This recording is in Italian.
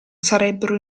sarebbero